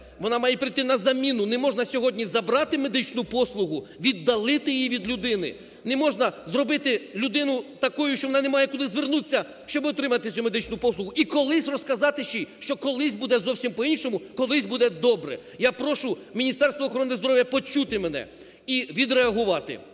вона має прийти на заміну. Неможна сьогодні забрати медичну послугу, віддалити її від людини, неможна зробити людину такою, що вона не має куди звернутися, щоб отримати цю медичну послугу, і розказати ще їй, що колись буде зовсім по-іншому, колись буде добре. Я прошу Міністерство охорони здоров'я почути мене і відреагувати.